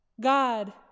God